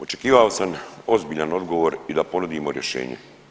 Očekivao sam ozbiljan odgovor i da ponudimo rješenje.